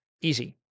easy